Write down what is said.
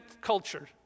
culture